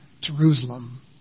Jerusalem